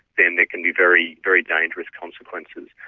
then there can be very, very dangerous consequences.